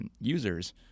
users